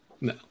No